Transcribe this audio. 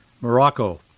Morocco